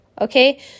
Okay